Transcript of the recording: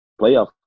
playoff